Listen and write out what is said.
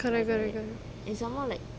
correct correct correct